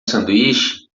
sanduíche